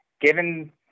given